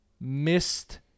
missed